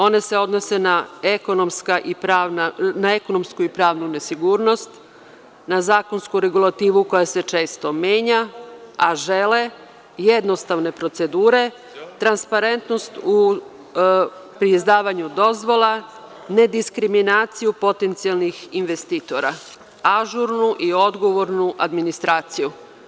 One se odnose na ekonomsku i pravnu nesigurnost, na zakonsku regulativu koja se često menja, a žele jednostavne procedure, transparentnost pri izdavanju dozvola, nediskriminaciju potencijalnih investitora, ažurnu i odgovornu administraciju.